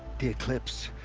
the eclipse.